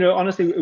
yeah honestly,